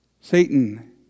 Satan